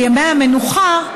בימי המנוחה,